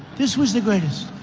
this was the greatest.